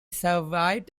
survived